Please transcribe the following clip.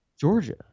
Georgia